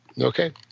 Okay